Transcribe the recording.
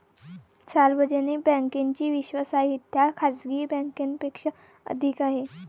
सार्वजनिक बँकेची विश्वासार्हता खाजगी बँकांपेक्षा अधिक आहे